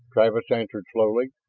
travis answered slowly,